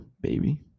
baby